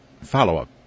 follow-up